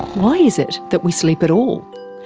why is it that we sleep at all?